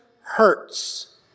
hurts